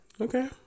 Okay